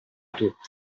tutti